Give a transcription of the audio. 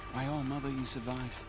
by all-mother you survived.